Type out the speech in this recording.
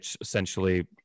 essentially